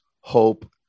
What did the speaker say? hope